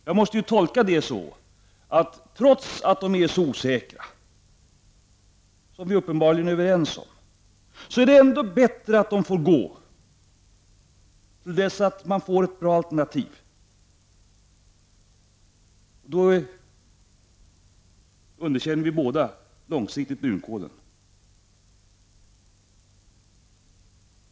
Jag måste ju tolka det så, att trots att de är så osäkra som vi uppenbarligen är överens om är det ändå bättre att de får gå till dess att man får ett bra alternativ. Då underkänner vi båda långsiktigt brunkolen.